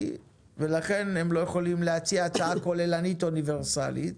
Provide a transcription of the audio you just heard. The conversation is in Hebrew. ולכן הם לא יכולים להציע הצעה כוללנית אוניברסלית